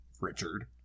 Richard